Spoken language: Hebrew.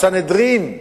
הסנהדרין,